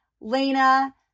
Lena